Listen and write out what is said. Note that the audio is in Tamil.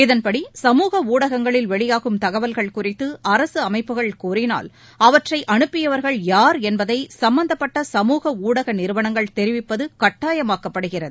இதன்படி சமூக ஊடகங்களில் வெளியாகும் தகவல்கள் குறித்து அரசு அமைப்புகள் கோரினால் அவற்றை அனுப்பியவர்கள் யார் என்பதை சம்பந்தப்பட்ட சமுக ஊடக நிறுவனங்கள் தெரிவிப்பது கட்டாயமாக்கப்படுகிறது